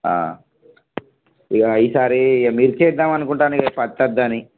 ఇగా ఈసారి మిర్చి వేద్దామనుకుంటున్నాను పత్తి వద్దని